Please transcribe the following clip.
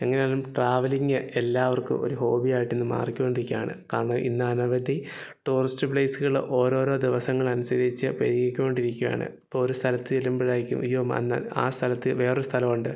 എങ്ങനായാലും ട്രാവലിംഗ് എല്ലാവർക്കും ഒരു ഹോബിയായിട്ട് ഇന്ന് മാറിക്കൊണ്ടിരിക്കുകയാണ് കാരണം ഇന്ന് അനവധി ടൂറിസ്റ്റ് പ്ലേസുകള് ഓരോരോ ദിവസങ്ങൾ അനുസരിച്ച് പെരുകിക്കൊണ്ടിരിക്കുകയാണ് ഇപ്പോള് ഒരു സ്ഥലത്ത് ചെല്ലുമ്പോഴായിരിക്കും ഉയ്യോ ആ സ്ഥലത്ത് വേറൊരു സ്ഥലം ഉണ്ട്